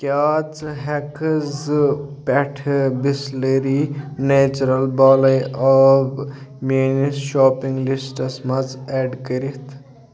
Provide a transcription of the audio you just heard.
کیٛاہ ژٕ ہٮ۪ککھٕ زٕ پٮ۪ٹھٕ بِسلٔری نیچرَل بالَے آب میٛٲنِس شاپِنٛگ لِسٹَس منٛز اٮ۪ڈ کٔرِتھ